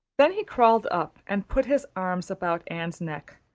then he crawled up and put his arms about anne's neck,